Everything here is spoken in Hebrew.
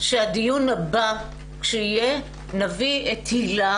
שהדיון הבא כשיהיה, נביא את הילה